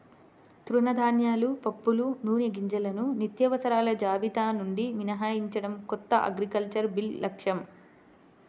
తృణధాన్యాలు, పప్పులు, నూనెగింజలను నిత్యావసరాల జాబితా నుండి మినహాయించడం కొత్త అగ్రికల్చరల్ బిల్లు లక్ష్యం